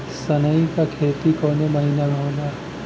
सनई का खेती कवने महीना में होला?